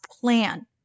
plan